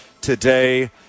today